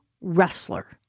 wrestler